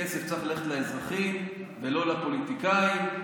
הכסף צריך ללכת לאזרחים ולא לפוליטיקאים,